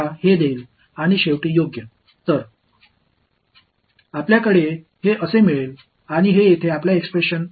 எனவே நாம் அதை எவ்வாறு பெறுகிறோம் இது இங்கே நம்முடைய வெளிப்பாடு போலவே தெரிகிறது